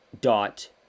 dot